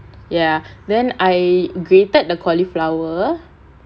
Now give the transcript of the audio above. ya then I grated the cauliflower